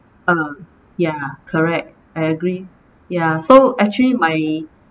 uh ya correct I agree ya so actually my